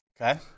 Okay